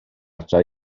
ata